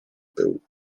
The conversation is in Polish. był